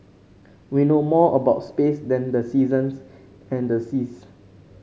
we know more about space than the seasons and the seas